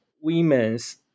women's